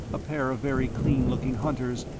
a pair of very clean-looking hunters,